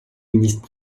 ministre